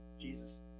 Jesus